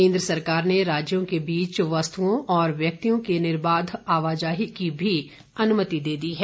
केन्द्र सरकार ने राज्यों के बीच वस्तुओं और व्यक्तियों की निर्बाध आवाजाही की भी अनुमति दे दी है